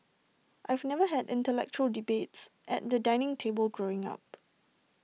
I've never had intellectual debates at the dining table growing up